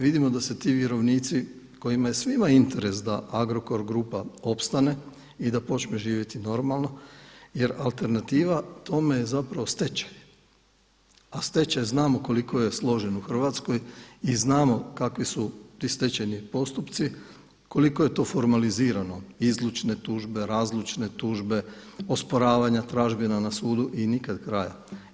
Vidimo da se ti vjerovnici kojima je svima interes da Agrokor grupa opstane i da počne živjeti normalno, jer alternativa tome je zapravo stečaj, a stečaj znamo koliko je složen u Hrvatskoj i znamo kakvi su ti stečajni postupci, koliko je to formalizirano izlučne tužbe, razlučne tužbe, osporavanja tražbina na sudu i nikad kraja.